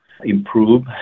improve